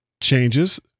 changes